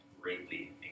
greatly